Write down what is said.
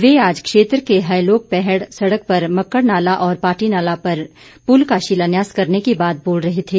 वे आज क्षेत्र के हयोलग पैहड़ सड़क पर मकड़नाला और पाटीनाला पर पुल का शिलान्यास करने के बाद बोल रहे थे